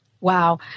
Wow